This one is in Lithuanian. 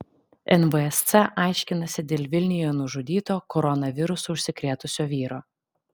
nvsc aiškinasi dėl vilniuje nužudyto koronavirusu užsikrėtusio vyro